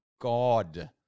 god